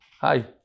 Hi